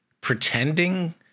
pretending